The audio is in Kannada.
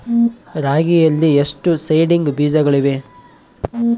ರಾಗಿಯಲ್ಲಿ ಎಷ್ಟು ಸೇಡಿಂಗ್ ಬೇಜಗಳಿವೆ?